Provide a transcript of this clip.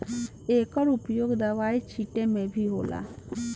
एकर उपयोग दवाई छींटे मे भी होखेला